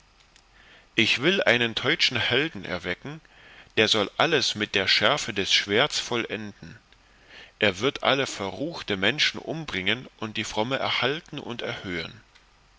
ich will einen teutschen helden erwecken der soll alles mit der schärfe des schwerts vollenden er wird alle verruchte menschen umbringen und die fromme erhalten und erhöhen